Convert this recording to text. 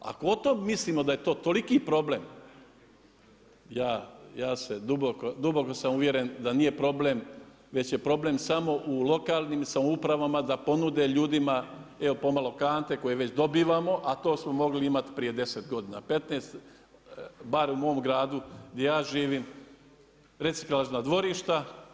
Ako o tome mislimo da je to toliki problem, ja sam duboko uvjeren da nije problem, već je problem samo u lokalnim samoupravama da ponude ljudima, evo pomalo kante koje već dobivamo, a to smo mogli imati prije 10, 15 godina bar u mom grdu gdje ja živim reciklažna dvorišta.